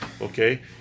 Okay